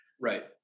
Right